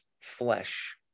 flesh